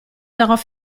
darauf